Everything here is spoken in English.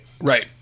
right